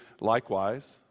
Likewise